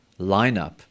lineup